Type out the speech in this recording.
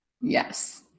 Yes